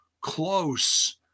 close